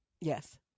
Yes